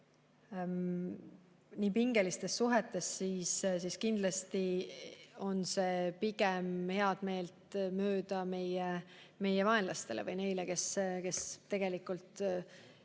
nii pingelistes suhetes. Kindlasti on see pigem meelt mööda meie vaenlastele või neile, kes tegelikult